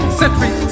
century